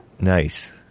Nice